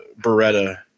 Beretta